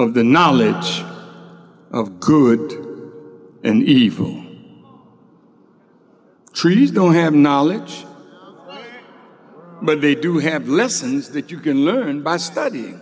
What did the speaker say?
of the knowledge of good and evil trees no have knowledge but they do have lessons that you can learn by study